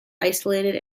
isolated